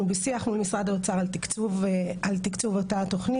אנחנו בשיח עם משרד האוצר על תקצוב אותה התכנית,